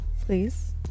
please